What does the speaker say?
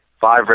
five